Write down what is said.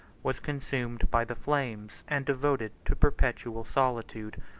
was consumed by the flames, and devoted to perpetual solitude.